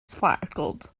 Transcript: sparkled